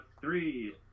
three